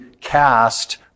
cast